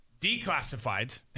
declassified